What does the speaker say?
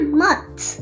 months